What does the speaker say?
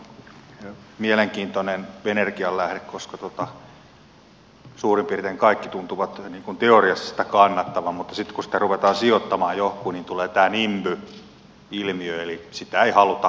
joo tuulivoima on mielenkiintoinen energianlähde koska suurin piirtein kaikki tuntuvat teoriassa sitä kannattavan mutta sitten kun sitä ruvetaan sijoittamaan johonkin tulee tämä nimby ilmiö eli sitä ei haluta oikein mihinkään